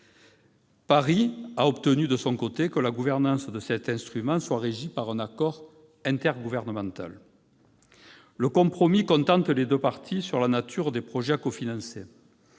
Paris a obtenu, de son côté, que la gouvernance de cet instrument soit régie par un accord intergouvernemental. Le compromis contente les deux parties sur la nature des projets à cofinancer